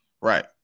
Right